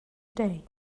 day